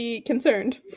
concerned